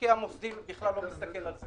המשקיע המוסדי בכלל לא מסתכל,